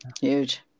Huge